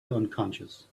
unconscious